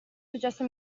successo